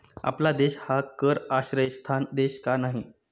आपला देश हा कर आश्रयस्थान देश का नाही?